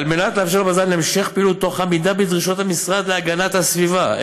על מנת לאפשר לבז"ן המשך פעילות תוך עמידה בדרישות המשרד להגנת הסביבה,